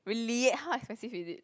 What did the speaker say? really how expensive is it